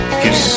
kiss